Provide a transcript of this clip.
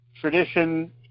tradition